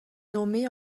nommée